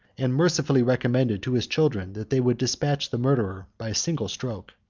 and mercifully recommended to his children, that they would despatch the murderer by a single stroke.